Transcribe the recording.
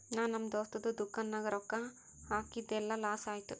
ನಾ ನಮ್ ದೋಸ್ತದು ದುಕಾನ್ ನಾಗ್ ರೊಕ್ಕಾ ಹಾಕಿದ್ ಎಲ್ಲಾ ಲಾಸ್ ಆಯ್ತು